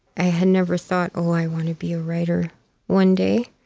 i had never thought, oh, i want to be a writer one day.